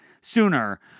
sooner